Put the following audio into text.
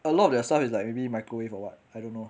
a lot of their stuff is like maybe microwave or what I don't know